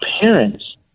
parents